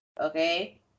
Okay